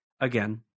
Again